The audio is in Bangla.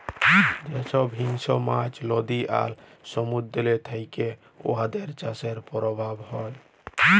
যে ছব হিংস্র মাছ লদী আর সমুদ্দুরেতে থ্যাকে উয়াদের চাষের পরভাব হ্যয়